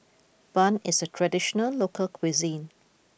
Bun is a traditional local cuisine